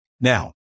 Now